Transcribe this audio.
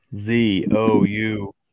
Z-O-U